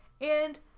and-